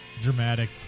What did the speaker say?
dramatic